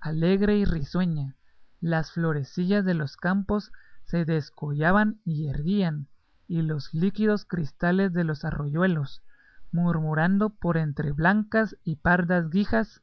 alegre y risueña las florecillas de los campos se descollaban y erguían y los líquidos cristales de los arroyuelos murmurando por entre blancas y pardas guijas